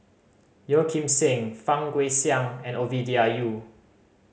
Yeo Kim Seng Fang Guixiang and Ovidia Yu